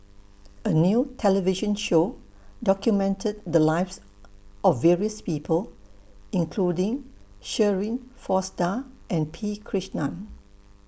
A New television Show documented The Lives of various People including Shirin Fozdar and P Krishnan